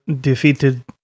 defeated